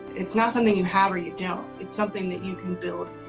it's not something you have or you don't, it's something that you can build.